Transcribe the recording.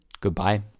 goodbye